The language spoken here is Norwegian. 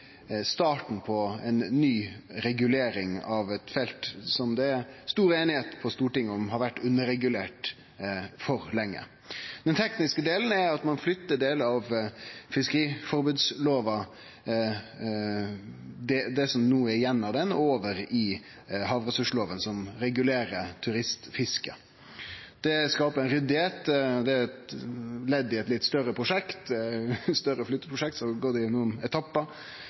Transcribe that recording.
starten på ei ny regulering av eit felt som det på Stortinget er stor semje om har vore underregulert for lenge. Den tekniske delen er at ein flytter delar av fiskeriforbodslova – det som no er igjen av ho – over til havressurslova, som regulerer turistfisket. Det gjer det ryddig. Det er eit ledd i eit litt større flytteprosjekt som har gått gjennom fleire etappar.